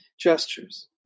gestures